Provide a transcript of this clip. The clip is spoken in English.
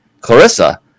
Clarissa